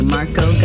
Marco